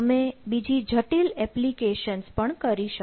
તમે બીજી જટિલ એપ્લીકેશન્સ પણ કરી શકો